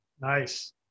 Nice